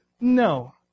no